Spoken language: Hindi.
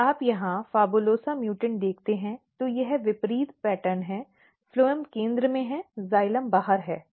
यदि आप यहाँ फाबुलोसा उत्परिवर्ती देखते हैं तो यह विपरीत पैटर्न है फ्लोएम केंद्र में है जाइलम बाहर है